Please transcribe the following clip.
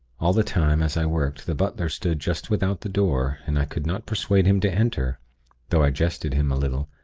all the time, as i worked, the butler stood just without the door, and i could not persuade him to enter though i jested him a little,